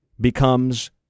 becomes